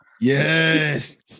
Yes